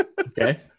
Okay